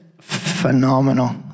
phenomenal